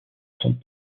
sont